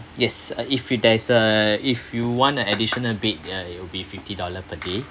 yes uh if you there is a if you want a additional bed uh it'll be fifty dollar per day